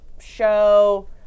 show